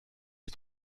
les